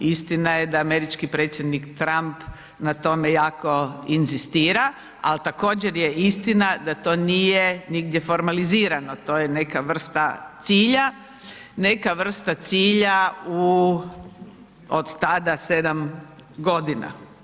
Istina je da američki predsjednik Trump na tome jako inzistira, al također je istina da to nije nigdje formalizirano, to je neka vrsta cilja, neka vrsta cilja u od tada 7 godina.